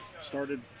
started